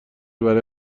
برای